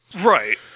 Right